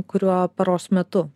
kuriuo paros metu